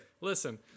listen